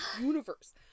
universe